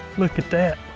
look at that.